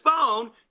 phone